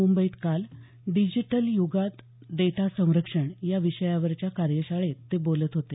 मुंबईत काल डिजिटल युगात डेटा संरक्षण या विषयावरच्या कार्यशाळेत ते बोलत होते